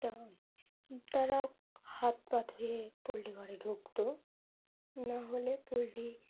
তা তারা হাত পা ধুয়ে পোলট্রি ঘরে ঢুকত না হলে পোলট্রি